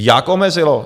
Jak omezilo?